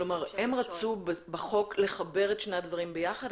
כלומר, הם רצו בחוק לחבר את שני הדברים יחד?